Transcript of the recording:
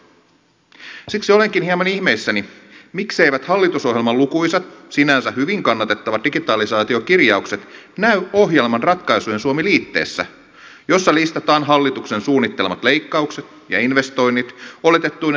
siksi olenkin hieman ihmeissäni mikseivät hallitusohjelman lukuisat sinänsä hyvin kannatettavat digitalisaatiokirjaukset näy ohjelman ratkaisujen suomi liitteessä jossa listataan hallituksen suunnittelemat leikkaukset ja investoinnit oletettuine taloudellisine seurauksineen